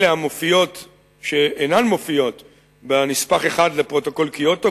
אלה שאינן מופיעות בנספח 1 לפרוטוקול קיוטו,